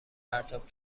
پرتاب